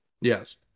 Yes